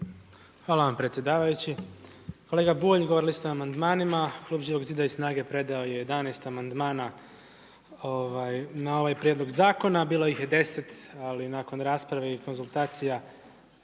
Hvala vam predsjedavajući. Kolega Bulj, govorili ste o amandmanima. Klub Živog zida i SNAGA-e predao je 11 amandmana na ovaj prijedlog zakona, bilo ih je 10, ali nakon rasprave i konzultacija